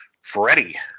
Freddie